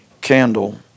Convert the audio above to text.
candle